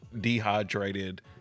dehydrated